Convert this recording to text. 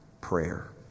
Prayer